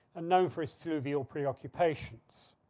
ah known for his fluvial preoccupations